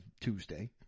Tuesday